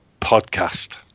podcast